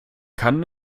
kann